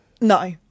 No